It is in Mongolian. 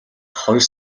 хоёр